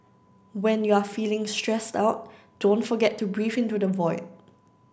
when you are feeling stressed out don't forget to breathe into the void